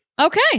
okay